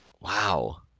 Wow